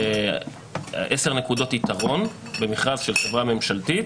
עשר נקודות יתרון במכרז של חברה ממשלתית,